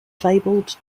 fabled